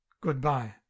Goodbye